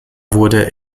wurde